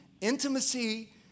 intimacy